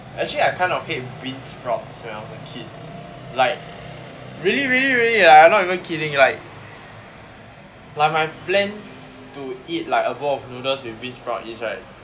actually I kind of hate beansprouts when I was a kid like really really really I'm not even kidding like like my plan to eat like a bowl of noodles with beansprouts is right